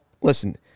Listen